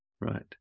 Right